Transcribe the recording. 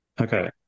Okay